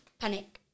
panic